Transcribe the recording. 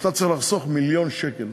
אתה צריך לחסוך מיליון שקל.